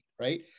right